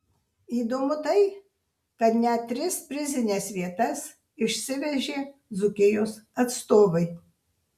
įdomu tai kad net tris prizines vietas išsivežė dzūkijos atstovai